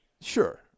Sure